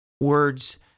words